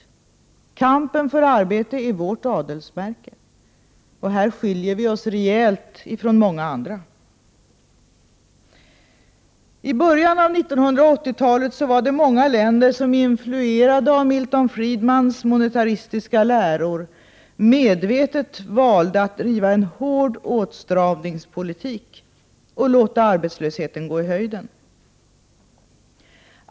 Kampen för arbete är vårt adelsmärke. Och här skiljer vi oss rejält från många andra. I början av 1980-talet var det många länder som, influerade av Milton Friedmans monetaristiska läror, medvetet valde att driva en hård åtstramningspolitik och låta arbetslösheten gå i höjden.